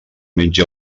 mengi